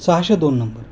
सहाशे दोन नंबर